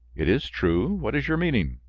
it is true what is your meaning?